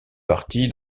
partie